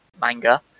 manga